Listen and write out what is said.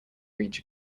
reach